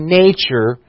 nature